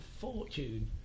fortune